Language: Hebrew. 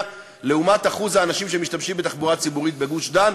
לעומת אחוז האנשים שמשתמשים בתחבורה הציבורית בגוש-דן?